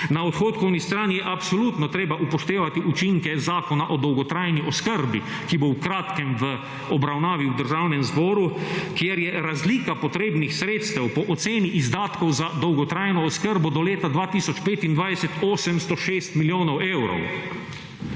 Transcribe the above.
na odhodkovni strani je absolutno treba upoštevati učinke Zakona o dolgotrajni oskrbi, ki bo v kratkem v obravnavi v Državnem zboru, kjer je razlika potrebnih sredstev po oceni izdatkov za dolgotrajno oskrbo do leta 2025 806 milijonov evrov.